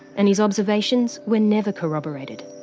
and his observations were never corroborated.